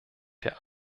der